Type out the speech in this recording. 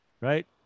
right